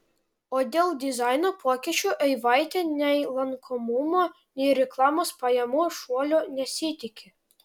o dėl dizaino pokyčių eivaitė nei lankomumo nei reklamos pajamų šuolio nesitiki